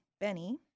Benny